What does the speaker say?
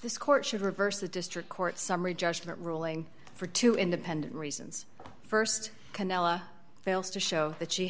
this court should reverse a district court summary judgment ruling for two independent reasons st canela fails to show that she